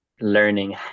learning